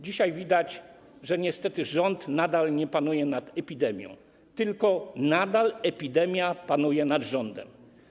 Dzisiaj widać, że niestety rząd nadal nie panuje nad epidemią, tylko epidemia panuje nad rządem.